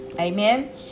Amen